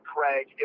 Craig